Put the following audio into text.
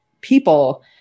people